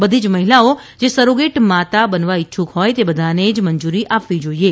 બધી જ મહિલાઓ જે સેરોગેટમાતા બનવા ઇચ્છુક હોય તે બધાને જ મંજૂરી આપવી જોઇએ